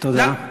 תודה.